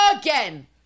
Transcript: Again